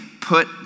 put